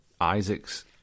Isaac's